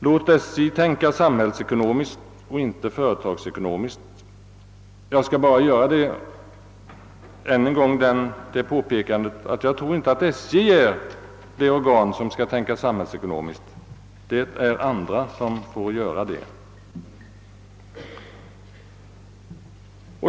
Han säger: »Låt SJ tänka samhällsekonomiskt och inte företagsekonomiskt!» Jag vill bara ännu en gång påpeka, att SJ inte är det organ som skall tänka samhällsekonomiskt, utan att det är andra som skall göra det.